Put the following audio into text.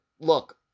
look